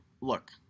Look